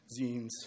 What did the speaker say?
zines